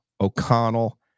O'Connell